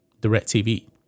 DirecTV